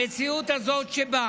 המציאות הזאת שבה